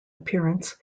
appearance